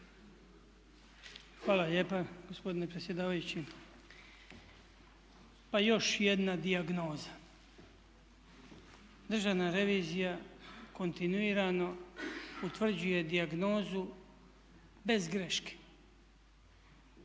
Hvala lijepa gospodine predsjedavajući. Pa još jedna dijagnoza. Državna revizija kontinuirano utvrđuje dijagnozu bez greške.